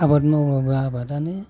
आबाद मावबाबो आबादानो